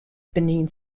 benin